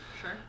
Sure